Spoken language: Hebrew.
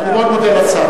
אני מאוד מודה לשר.